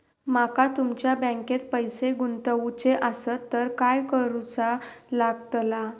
माका तुमच्या बँकेत पैसे गुंतवूचे आसत तर काय कारुचा लगतला?